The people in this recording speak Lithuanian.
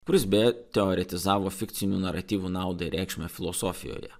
kuris be teoretizavo fikcinių naratyvų naudai reikšmę filosofijoje